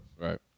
Right